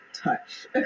touch